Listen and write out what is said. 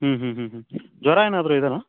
ಹ್ಞೂ ಹ್ಞೂ ಹ್ಞೂ ಹ್ಞೂ ಜ್ವರ ಏನಾದರೂ ಇದಾವ